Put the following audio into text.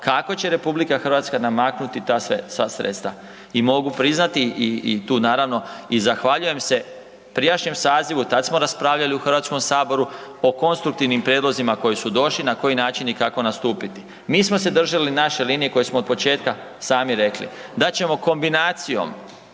kako će RH namaknuti ta sva sredstva. I mogu priznati i tu naravno i zahvaljujem se prijašnjem sazivu, tad smo raspravljali u HS o konstruktivnim prijedlozima koji su došli, na koji način i kako nastupiti. Mi smo se držali naše linije koju smo otpočetka sami rekli da ćemo kombinacijom